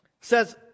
Says